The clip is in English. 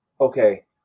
okay